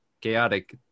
chaotic